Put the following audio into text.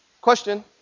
question